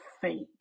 fake